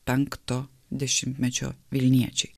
penkto dešimtmečio vilniečiai